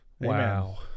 Wow